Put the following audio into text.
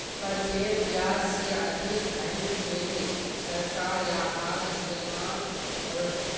कर्जेर ब्याज से अधिक हैन्गेले सरकार याहार इस्तेमाल करोह